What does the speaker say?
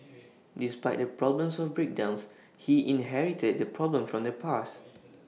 despite the problems of breakdowns he inherited the problem from the past